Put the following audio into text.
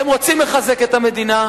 אתם רוצים לחזק את המדינה,